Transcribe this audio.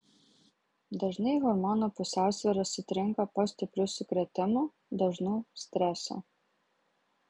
dažnai hormonų pusiausvyra sutrinka po stiprių sukrėtimų dažnų streso